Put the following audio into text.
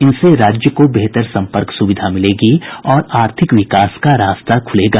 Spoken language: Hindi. इनसे राज्य को बेहतर संपर्क सुविधा मिलेगी और आर्थिक विकास का रास्ता खुलेगा